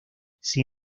sin